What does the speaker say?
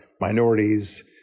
minorities